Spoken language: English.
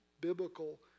biblical